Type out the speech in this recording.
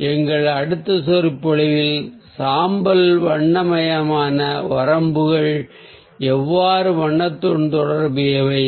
நம் அடுத்த சொற்பொழிவில் சாம்பல் நிறமற்ற வரம்புகள் எவ்வாறு வண்ணத்துடன் தொடர்புடையவை